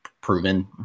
proven